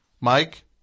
Mike